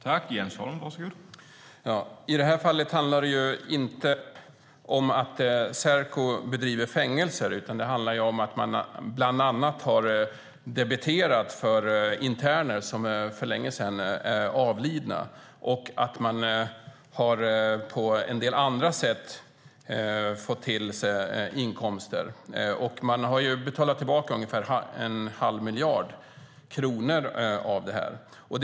Herr talman! I det här fallet handlar det inte om att Serco driver fängelser utan om att de bland annat har debiterat för interner som är avlidna för länge sedan och har tillskansat sig inkomster på en del andra sätt. De har betalat tillbaka ungefär en halv miljard kronor.